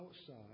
outside